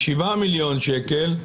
שבעה מיליון שקל,